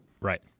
Right